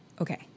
Okay